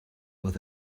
with